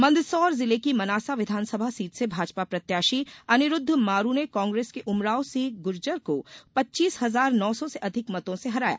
मंदसौर जिले की मनासा विधानसभा सीट से भाजपा प्रत्याशी अनिरुद्ध मारू ने कांग्रेस के उमराव सिंह गूर्जर को पच्चीस हजार नौ सौ से अधिक मतों से हराया